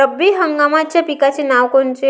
रब्बी हंगामाच्या पिकाचे नावं कोनचे?